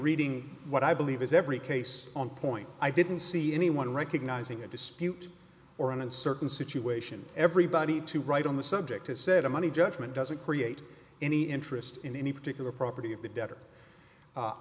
reading what i believe is every case on point i didn't see anyone recognizing a dispute or an uncertain situation everybody to write on the subject has said a money judgment doesn't create any interest in any particular property of the debtor